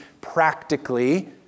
practically